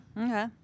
Okay